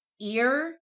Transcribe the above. ear